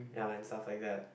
ya and stuff like that